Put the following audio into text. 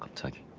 taking